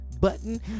button